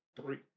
three